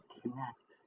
connect